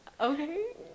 okay